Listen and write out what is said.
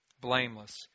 blameless